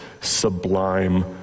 sublime